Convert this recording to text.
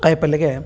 ಕಾಯಿ ಪಲ್ಯಗೆ